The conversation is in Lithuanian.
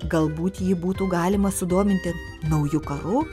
galbūt jį būtų galima sudominti nauju karu